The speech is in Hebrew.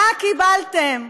מה קיבלתם?